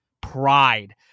Pride